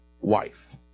wife